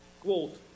quote